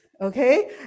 Okay